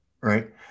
right